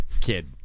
kid